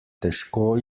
težko